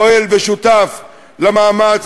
פועל ושותף למאמץ,